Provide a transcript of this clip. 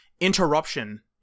interruption